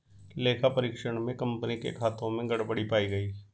लेखा परीक्षण में कंपनी के खातों में गड़बड़ी पाई गई